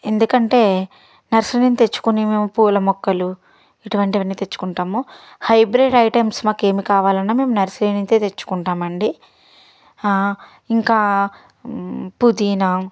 ఎందుకంటే నర్సరీ నుంచి తెచ్చుకొని మేము పూల మొక్కలు ఇటువంటివన్నీ తెచ్చుకుంటాము హైబ్రిడ్ ఐటమ్స్ మాకు ఏమి కావాలన్నా మేము నర్సరీ నుంచే తెచ్చుకుంటామండి ఇంకా పుదీనా